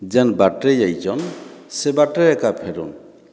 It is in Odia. ଯେନ୍ ବାଟରେ ଯାଇଛନ୍ ସେ ବାଟରେ ଏକା ଫେରନ୍